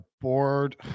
board